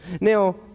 Now